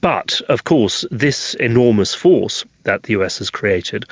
but of course this enormous force that the us has created